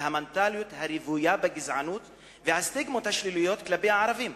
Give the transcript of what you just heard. במנטליות הרוויה בגזענות ובסטיגמות השליליות כלפי הערבים.